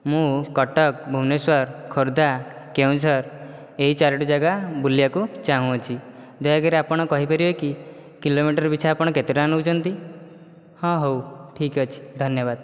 ମୁଁ କଟକ ଭୁବନେଶ୍ୱର ଖୋର୍ଦ୍ଧା କେଉଁଝର ଏଇ ଚାରୋଟି ଜାଗା ବୁଲିବାକୁ ଚାହୁଁଅଛି ଦୟାକରି ଆପଣ କହିପାରିବେ କି କିଲୋମିଟର ପିଛା ଆପଣ କେତେ ଟଙ୍କା ନେଉଛନ୍ତି ହଁ ହେଉ ଠିକ୍ ଅଛି ଧନ୍ୟବାଦ